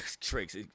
tricks